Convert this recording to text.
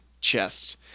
chest